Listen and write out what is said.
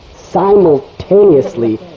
simultaneously